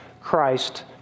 Christ